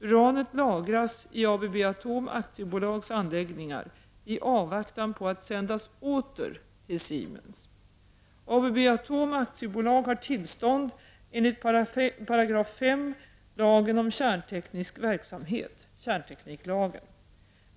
Uranet lagras i ABB Atom AB:s anläggningar i avvaktan på att sändas åter till Siemens.